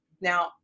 Now